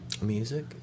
Music